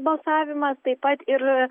balsavimas taip pat ir